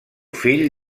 fill